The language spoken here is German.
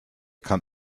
kann